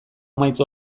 amaitu